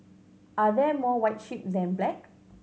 are there more white sheep than black